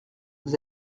vous